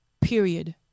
period